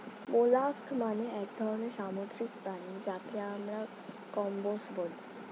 molluscs মানে এক ধরনের সামুদ্রিক প্রাণী যাকে আমরা কম্বোজ বলি